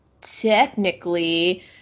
technically